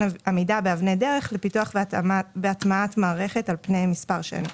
עמידה באבני דרך בפיתוח והטעמת מערכת על פני מספר שנים.